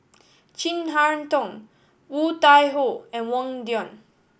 Chin Harn Tong Woon Tai Ho and Wang Dayuan